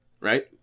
right